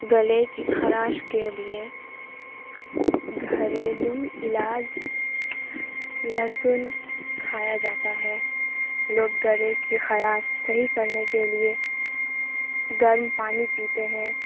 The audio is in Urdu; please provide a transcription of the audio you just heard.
گلے کی خراش کے لیے گھریلو علاج لہسن کھایا جاتا ہے لوگ گلے کی خراش صحیح کرنے کے لیے گرم پانی پیتے ہیں